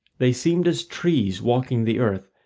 they seemed as trees walking the earth,